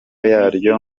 yaryo